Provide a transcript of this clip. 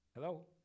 Hello